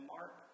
Mark